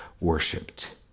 worshipped